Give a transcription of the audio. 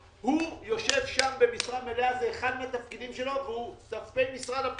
הוא יושב שם במשרה מלאה וזה אחד התפקידים שלו והוא ת"פ משרד הפנים.